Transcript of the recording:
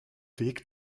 weg